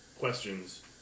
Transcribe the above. Questions